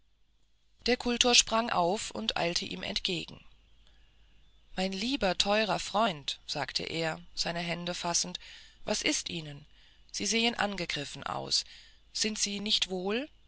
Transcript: der kultor sprang auf und eilte ihm entgegen mein lieber teurer freund sagte er seine hände fassend was ist ihnen sie sehen angegriffen aus sind sie nicht wohl